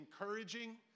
encouraging